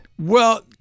Well-